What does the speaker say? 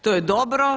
To je dobro.